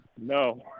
No